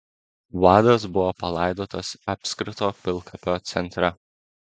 vadas buvo palaidotas apskrito pilkapio centre